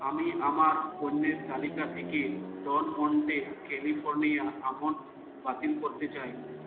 আমি আমার পণ্যের তালিকা থেকে ডন মন্টে ক্যালিফোর্নিয়া আমন্ডস বাতিল করতে চাই